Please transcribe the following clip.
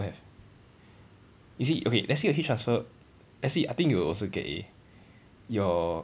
don't have is it okay let's say your heat transfer I see I think you'll also get A your